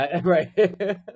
Right